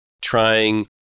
trying